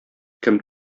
кем